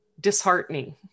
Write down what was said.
disheartening